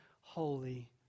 holy